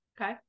okay